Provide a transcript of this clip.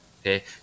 okay